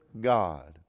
God